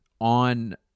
on